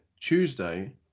Tuesday